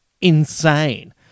insane